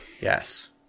yes